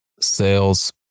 sales